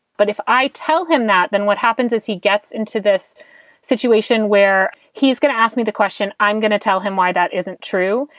but if i tell him that, then what happens is he gets into this situation where he's going to ask me the question. i'm going to tell him why that isn't true.